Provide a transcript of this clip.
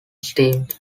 steamed